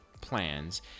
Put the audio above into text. plans